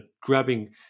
grabbing